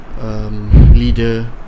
Leader